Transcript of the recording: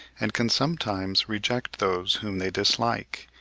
and can sometimes reject those whom they dislike,